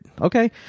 Okay